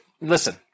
Listen